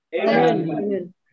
Amen